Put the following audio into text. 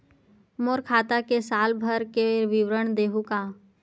मोर खाता के साल भर के विवरण देहू का?